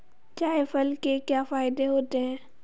जायफल के क्या फायदे होते हैं?